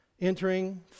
entering